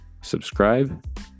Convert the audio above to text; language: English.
subscribe